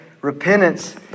Repentance